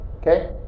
Okay